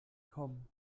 komm